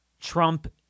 Trump